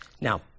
Now